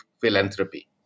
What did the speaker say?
philanthropy